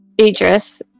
idris